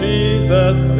Jesus